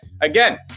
again